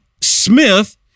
Smith